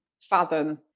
fathom